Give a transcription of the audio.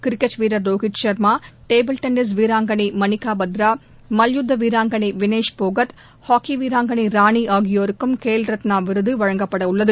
cricket வீரர் Rohit Sharma table tennis வீராங்களை மணிக்கா பத்ரா மல்யுத்த வீராங்கனை வினேஷ் போகத் ஹாக்கி வீராங்கனை ராணி ஆகியோருக்கும் கேல் ரத்னா விருது வழங்கப்படவள்ளது